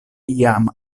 iam